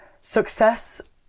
Success